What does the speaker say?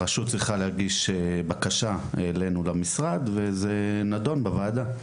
הרשות צריכה להגיש בקשה אלינו למשרד וזה נדון בוועדה.